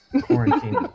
quarantine